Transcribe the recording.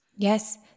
Yes